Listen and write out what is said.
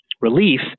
relief